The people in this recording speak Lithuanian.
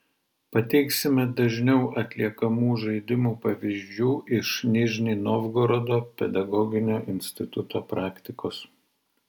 pateiksime dažniau atliekamų žaidimų pavyzdžių iš nižnij novgorodo pedagoginio instituto praktikos